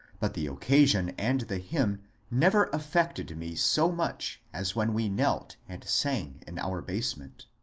but the occasion and the hymn never affected me so much as when we knelt and sang in our basement.